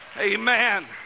Amen